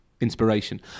inspiration